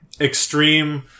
extreme